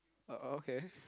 oh oh okay